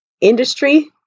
industry